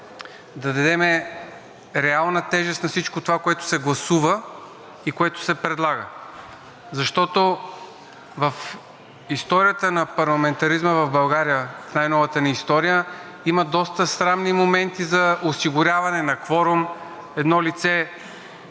да дадем реална тежест на всичко това, което се гласува и което се предлага. Защото в историята на парламентаризма в България – в най-новата ни история, има доста срамни моменти за осигуряване на кворум. Едно лице